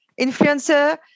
influencer